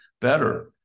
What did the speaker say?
better